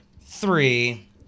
three